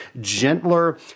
gentler